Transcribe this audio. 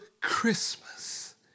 Christmas